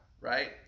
right